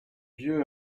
lieu